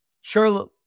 Charlotte